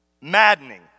maddening